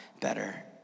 better